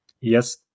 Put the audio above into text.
yes